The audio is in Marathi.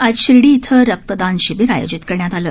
आज शिर्डी इथं रक्तदान शिबिर आयोजित करण्यात आलं